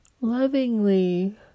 lovingly